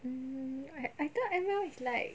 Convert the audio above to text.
mm I I thought M_L is like